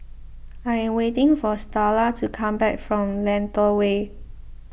I am waiting for Starla to come back from Lentor Way